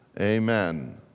Amen